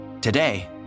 today